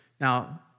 Now